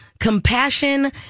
compassion